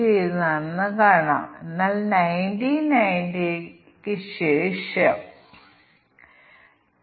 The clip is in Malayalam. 2000 ൽ താഴെ വാങ്ങുന്നതിന് ഒരു അംഗത്തിന് 10 ശതമാനം കിഴിവ് ലഭിക്കും